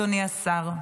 אדוני השר.